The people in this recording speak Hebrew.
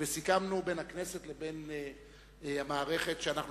וסיכמנו בין הכנסת לבין המערכת שאנחנו